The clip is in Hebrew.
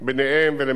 ולמרכז המדינה.